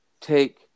take